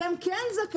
שהם כן זכאים,